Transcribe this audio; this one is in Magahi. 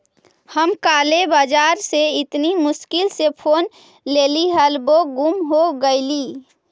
हम काले बाजार से इतनी मुश्किल से फोन लेली हल वो गुम हो गेलई